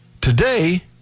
Today